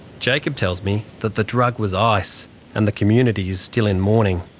jacob tells me that the drug was ice and the community is still in mourning.